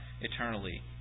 eternally